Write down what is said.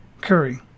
Curry